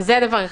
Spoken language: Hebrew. זה דבר אחד.